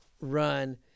run